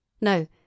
No